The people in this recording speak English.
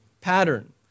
pattern